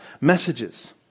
messages